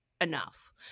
enough